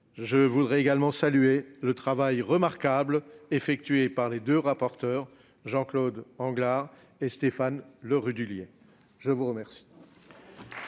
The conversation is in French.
Je voudrais également saluer le travail remarquable des deux rapporteurs, Jean-Claude Anglars et Stéphane Le Rudulier. Mes chers